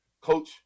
coach